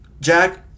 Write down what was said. Jack